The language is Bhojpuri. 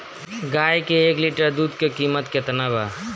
गाए के एक लीटर दूध के कीमत केतना बा?